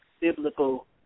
biblical